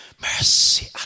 mercy